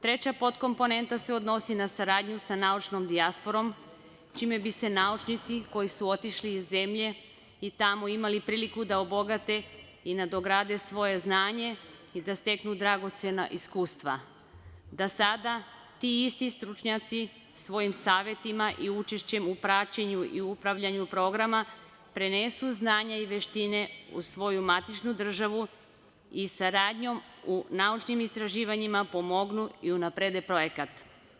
Treća podkomponenta se odnosi na saradnju sa naučnom dijasporom, čime bi se naučnici koji su otišli iz zemlje i tamo imali priliku da obogate i nadograde svoje znanje i da steknu dragocena iskustva, da sada ti isti stručnjaci svojim savetima i učešću u praćenju i upravljanju programa prenesu znanja i veštine u svoju matičnu državu i saradnjom u naučnim istraživanjima pomognu i unaprede projekat.